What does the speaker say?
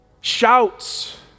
shouts